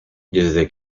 desde